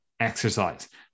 Exercise